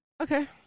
Okay